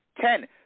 ten